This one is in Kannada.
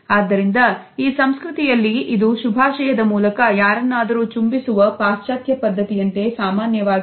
ಆದ್ದರಿಂದ ಈ ಸಂಸ್ಕೃತಿಯಲ್ಲಿ ಇದು ಶುಭಾಶಯದ ಮೂಲಕ ಯಾರನ್ನಾದರೂ ಚುಂಬಿಸುವ ಪಾಶ್ಚಾತ್ಯ ಪದ್ಧತಿಯಂತೆ ಸಾಮಾನ್ಯವಾಗಿದೆ